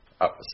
up